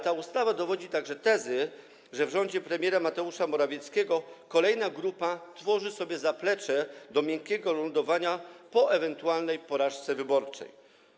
Ta ustawa dowodzi także tezy, że w rządzie premiera Mateusza Morawieckiego kolejna grupa tworzy sobie zaplecze do miękkiego lądowania po ewentualnej porażce wyborczej.